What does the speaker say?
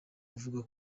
uvuga